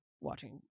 watching